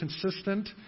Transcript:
consistent